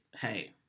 hey